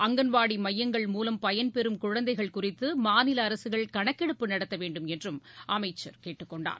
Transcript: அங்கன்வாடிமையங்கள் மூலம் பயன்பெறும் குழந்தைகள் குறித்துமாநிலஅரசுகள் கணக்கெடுப்பு நடத்தவேண்டும் என்றும் அமைச்சர் கேட்டுக்கொண்டார்